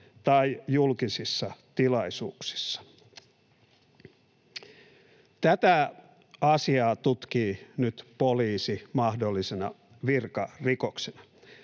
tai julkisissa tilaisuuksissa. Tätä asiaa tutkii nyt poliisi mahdollisena virkarikoksena.